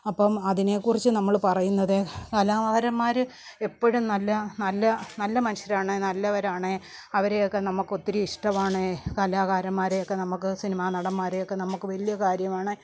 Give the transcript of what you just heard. അപ്പം അതിനെക്കുറിച്ച് നമ്മൾ പറയുന്നത് കലാകാരന്മാർ എപ്പോഴും നല്ല നല്ല നല്ല മനുഷ്യരാണ് നല്ലവരാണ് അവരെയൊക്കെ നമുക്ക് ഒത്തിരി ഇഷ്ടമാണ് കലാകാരന്മാരെയൊക്ക നമുക്ക് സിനിമാനടന്മാരെയൊക്ക നമുക്ക് വലിയ കാര്യമാണ്